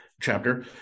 chapter